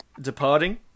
departing